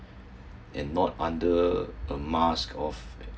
and not under a mask of